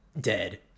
dead